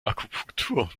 akupunktur